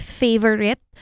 favorite